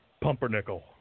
pumpernickel